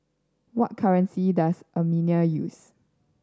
what currency does Armenia use